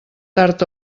tard